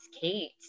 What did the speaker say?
Kate